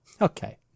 Okay